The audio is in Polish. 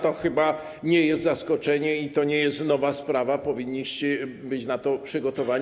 To chyba nie jest zaskoczenie i to nie jest nowa sprawa, powinniście być na to przygotowani.